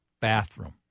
bathroom